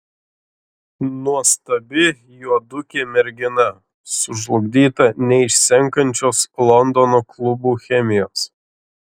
nuostabi juodukė mergina sužlugdyta neišsenkančios londono klubų chemijos